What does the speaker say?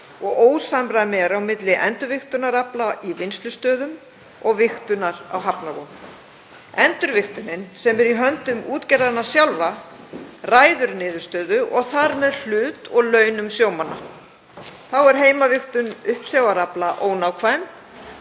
og ósamræmi er á milli endurvigtunar afla í vinnslustöðvum og vigtunar á hafnarvog. Endurvigtunin sem er í höndum útgerðarinnar sjálfrar ræður niðurstöðu og þar með hlut og launum sjómanna. Þá er heimavigtun uppsjávarafla ónákvæm.